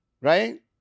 Right